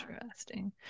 interesting